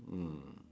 mm